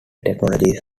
technologies